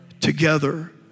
together